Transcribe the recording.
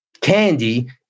candy